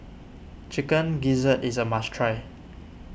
Chicken Gizzard is a must try